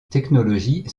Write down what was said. technologie